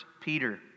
Peter